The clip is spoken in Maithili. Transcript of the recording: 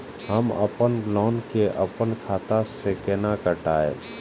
हम अपन लोन के अपन खाता से केना कटायब?